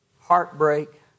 Heartbreak